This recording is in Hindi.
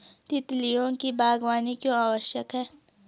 तितलियों की बागवानी क्यों आवश्यक है?